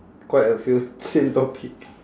quite a few same topic